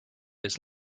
his